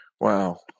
Wow